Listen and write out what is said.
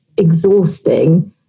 exhausting